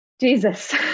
Jesus